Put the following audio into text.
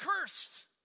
cursed